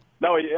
No